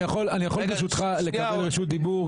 אני יכול ברשותך לקבל רשות דיבור,